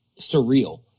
surreal